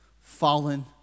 fallen